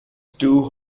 two